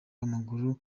w’amaguru